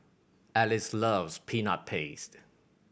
Alice loves Peanut Paste